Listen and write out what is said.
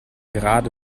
gerade